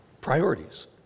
Priorities